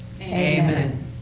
Amen